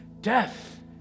Death